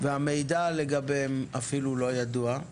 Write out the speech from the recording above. והמידע לגביהם אפילו לא ידוע.